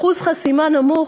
אחוז חסימה נמוך.